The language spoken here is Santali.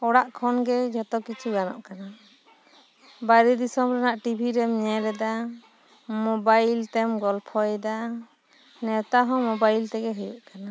ᱚᱲᱟᱜ ᱠᱷᱚᱱ ᱜᱮ ᱡᱚᱛᱚ ᱠᱤᱪᱷᱩ ᱜᱟᱱᱚᱜ ᱠᱟᱱᱟ ᱵᱟᱦᱨᱮ ᱫᱤᱥᱚᱢ ᱨᱮᱱᱟᱜ ᱴᱤᱵᱤ ᱨᱮᱢ ᱧᱮᱞ ᱮᱫᱟ ᱢᱚᱵᱟᱭᱤᱞ ᱛᱮᱢ ᱜᱚᱞᱯᱷᱚ ᱭᱮᱫᱟ ᱱᱮᱣᱛᱟ ᱦᱚᱸ ᱢᱚᱵᱟᱭᱤᱞ ᱛᱮᱜᱮ ᱦᱩᱭᱩᱜ ᱠᱟᱱᱟ